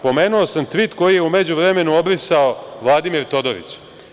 Pomenuo sam tvit koji je u međuvremenu obrisao Vladimir Todorić.